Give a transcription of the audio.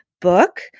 book